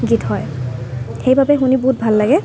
গীত হয় সেইবাবে শুনি বহুত ভাল লাগে